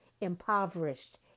Impoverished